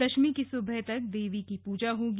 दशमी की सुबह तक देवी की पूजा होगी